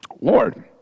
Lord